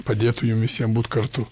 padėtų jum visiem būt kartu